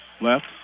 left